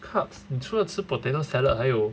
carbs 你吃了出 potato salad 还有